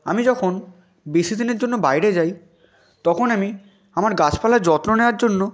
আমি যখন বেশি দিনের জন্য বাইরে যাই তখন আমি আমার গাছপালা যত্ন নেওয়ার জন্য